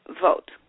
vote